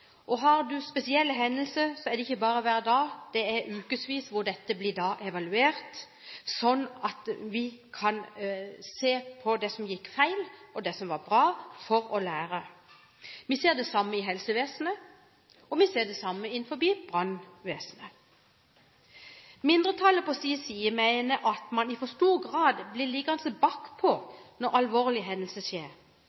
dag. Har man noen spesielle hendelser, evalueres det ikke bare hver dag, men i ukesvis, sånn at vi kan se på det som gikk feil, og det som var bra, for å lære. Vi ser det samme i helsevesenet, og vi ser det samme innenfor brannvesenet. Mindretallet på sin side mener at man i for stor grad blir liggende bakpå når alvorlige hendelser skjer. Det å ha økt fokus på